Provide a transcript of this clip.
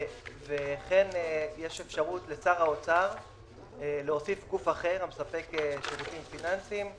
וכן יש אפשרות לשר האוצר להוסיף גוף אחר המספק שירותים פיננסיים,